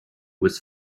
was